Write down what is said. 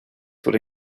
would